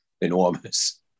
enormous